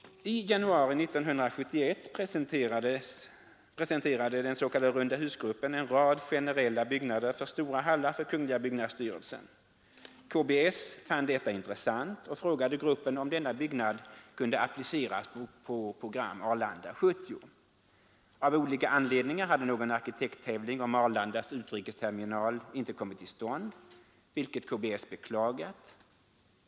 I januari 1971 presenterade den s.k. rundahusgruppen en rad generella byggnader för stora hallar för kungl. byggnadsstyrelsen. KBS fann detta intressant och frågade gruppen om denna byggnadstyp kunde appliceras på program Arlanda 70. Av olika anledningar hade någon arkitekttävling om Arlandas utrikesterminal inte kommit till stånd, vilket KBS beklagar.